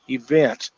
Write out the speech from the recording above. event